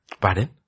Pardon